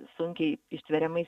sunkiai ištveriamais